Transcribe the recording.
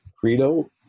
credo